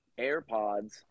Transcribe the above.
AirPods